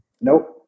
Nope